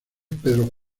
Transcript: pedro